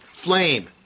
Flame